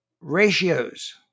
ratios